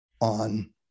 on